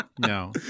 No